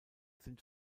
sind